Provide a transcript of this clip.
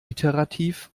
iterativ